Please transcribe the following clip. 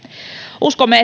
uskomme